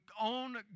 own